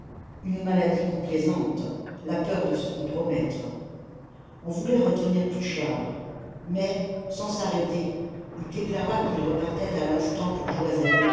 une maladie complaisante la peur de se compromettre on voulait retenir pluchart mais sans s'arrêter il déclara qu'il repartait à l'instant pour